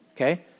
Okay